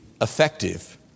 effective